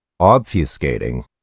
obfuscating